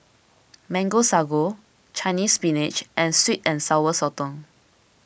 Mango Sago Chinese Spinach and Sweet and Sour Sotong